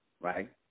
right